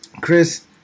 Chris